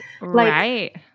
Right